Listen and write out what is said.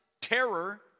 terror